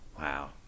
Wow